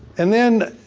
and then,